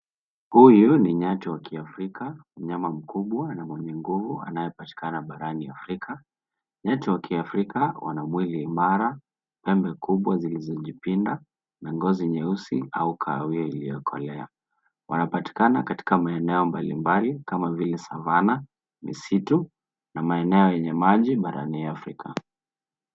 Huyu ni nyati wa kiafrika, mnyama mkubwa na mwenye nguvu anayepatikana barani afrika . Nyati wa kiafrika wana mwili imara, pembe kubwa zilizojipinda, na ngozi nyeusi au kahawia iliyokolea. Wanapatikana katika maeneo mbali mbali, kama vile, Savana, misitu, na maeneo yenye maji barani afrika.